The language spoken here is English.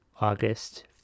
August